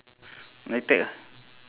nitec ah